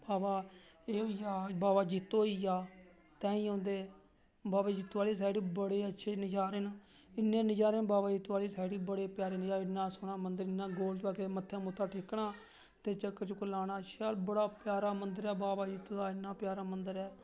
बावा एह् होइया बावा जित्तो होइया ताहीं औंदे बावा जित्तो आह्ली साईड बड़े अच्छे नज़ारे न इन्ने नज़ारे न बावा जित्तो आह्ली साईड बड़े प्यारे नज़ारे न इन्ना सोह्ना मंदर गोल मत्था टेकना ते चक्कर लाना बड़ा शैल मंदर ऐ इन्ना शैल मंदर ऐ बावा जित्तो दा